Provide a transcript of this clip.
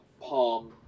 palm